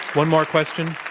one more question.